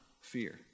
fear